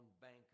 banker